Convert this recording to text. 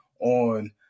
on